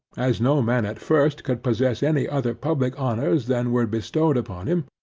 as no man at first could possess any other public honors than were bestowed upon him,